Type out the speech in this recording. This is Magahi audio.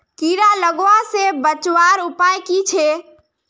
कीड़ा लगवा से बचवार उपाय की छे?